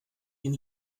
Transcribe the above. ihn